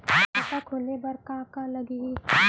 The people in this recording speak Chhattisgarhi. खाता खोले बार का का लागही?